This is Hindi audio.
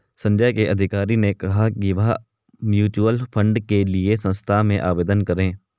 संजय के अधिकारी ने कहा कि वह म्यूच्यूअल फंड के लिए संस्था में आवेदन करें